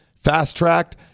fast-tracked